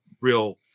real